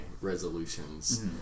resolutions